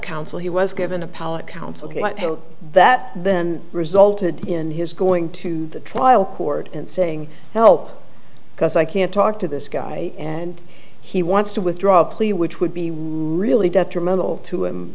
counsel he was given a pallet counsel that then resulted in his going to the trial court and saying help because i can't talk to this guy and he wants to withdraw a plea which would be really detrimental to him